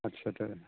आदसा दे